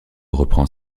reprend